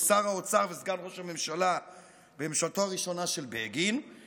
שר האוצר וסגן ראש הממשלה בממשלתו הראשונה של בגין,